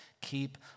keep